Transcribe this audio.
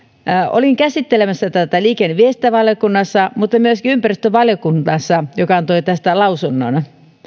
olin käsittelemässä tätä liikenne ja viestintävaliokunnassa mutta myöskin ympäristövaliokunnassa joka antoi tästä lausunnon